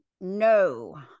no